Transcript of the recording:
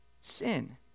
sin